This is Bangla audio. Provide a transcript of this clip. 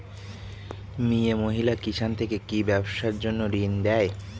মিয়ে মহিলা কিষান থেকে কি ব্যবসার জন্য ঋন দেয়?